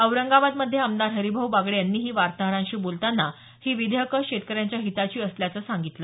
औरंगाबादमध्ये आमदार हरीभाऊ बागडे यांनीही वार्ताहरांशी बोलतांना ही विधेयकं शेतकऱ्यांच्या हिताची असल्याचं सांगितलं